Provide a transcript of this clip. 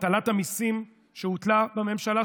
הטלת המיסים שהוטלה בממשלה,